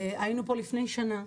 היינו פה לפני שנה.